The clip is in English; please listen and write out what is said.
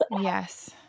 Yes